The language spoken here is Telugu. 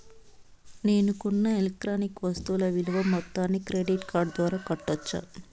నేను కొన్న ఎలక్ట్రానిక్ వస్తువుల విలువ మొత్తాన్ని క్రెడిట్ కార్డు ద్వారా కట్టొచ్చా?